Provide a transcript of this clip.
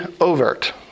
overt